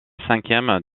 cinquième